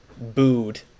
booed